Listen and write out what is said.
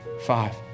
Five